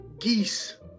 geese